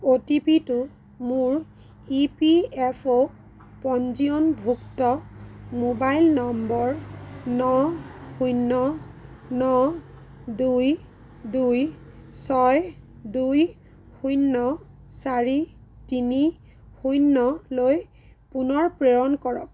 অ'টিপিটো মোৰ E P F O পঞ্জীয়নভুক্ত ম'বাইল নম্বৰ ন শূন্য ন দুই দুই ছয় দুই শূন্য চাৰি তিনি শূন্যলৈ পুনৰ প্ৰেৰণ কৰক